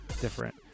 different